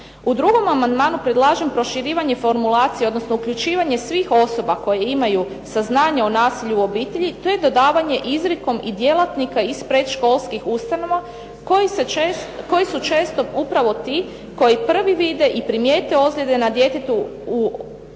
U drugom amandmanu predlažem proširivanje formulacije, odnosno uključivanje svih osoba koje imaju saznanje o nasilju u obitelji, to je dodavanje izrijekom i djelatnika iz predškolskih ustanova koji su često upravo ti koji prvi vide i primijete ozljede na djetetu u one